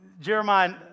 Jeremiah